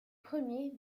premiers